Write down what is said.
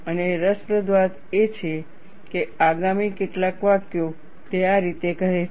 અને રસપ્રદ વાત એ છે કે આગામી કેટલાક વાક્યો તે આ રીતે કહે છે